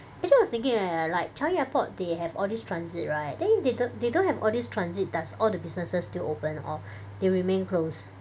actually I was thinking eh like like like Changi airport they have all this transit right then if they don't they don't have all this transit does all the businesses still open or they remain closed